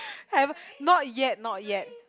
haven't not yet not yet